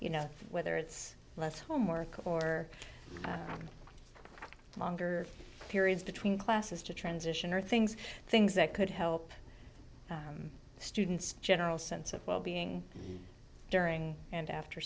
you know whether it's less homework or longer periods between classes to transition or things things that could help students general sense of well being during and after